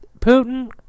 Putin